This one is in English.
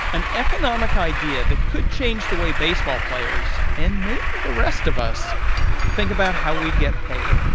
an economic idea that could change the way baseball players and maybe the rest of us think about how we get paid